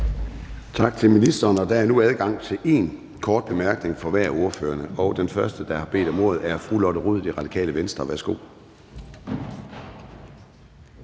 Tak til ministeren. Der er nu adgang til én kort bemærkning fra hver af ordførerne. Den første, der har bedt om ordet, er fru Lotte Rod, Radikale Venstre. Værsgo.